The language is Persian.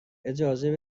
اجازه